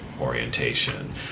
orientation